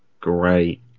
great